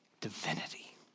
divinity